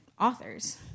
authors